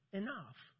enough